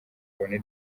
abone